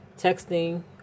texting